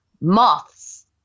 Moths